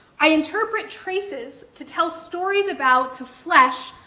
i interpret traces to tell stories about, to flesh,